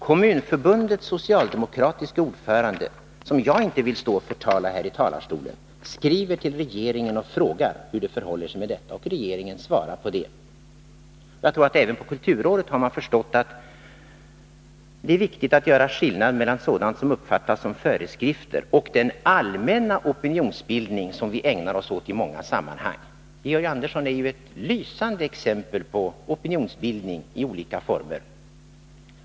Kommunförbundets socialdemokratiske ordförande — som jag inte vill stå här i talarstolen och förtala — skriver till regeringen och frågar hur det förhåller sig med detta, och regeringen svarar på det. Jag tror att man även på kulturrådet har förstått att det är viktigt att skilja mellan föreskrifter och den allmänna opinionsbildning som vi i många sammanhang ägnar oss åt. Georg Andersson ger själv lysande exempel på opinionsbildning i olika former!